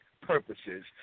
purposes